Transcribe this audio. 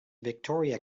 victoria